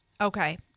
Okay